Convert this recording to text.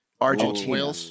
Argentina